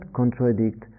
contradict